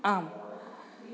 आम्